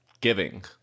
giving